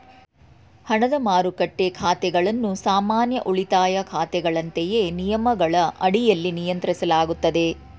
ಹಣದ ಮಾರುಕಟ್ಟೆ ಖಾತೆಗಳನ್ನು ಸಾಮಾನ್ಯ ಉಳಿತಾಯ ಖಾತೆಗಳಂತೆಯೇ ನಿಯಮಗಳ ಅಡಿಯಲ್ಲಿ ನಿಯಂತ್ರಿಸಲಾಗುತ್ತದೆ